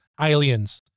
Aliens